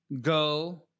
go